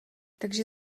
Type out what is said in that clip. takže